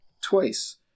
twice